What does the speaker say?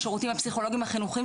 השירותים הפסיכולוגים החינוכיים,